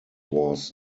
was